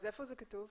איפה זה כתוב?